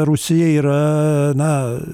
rusija yra na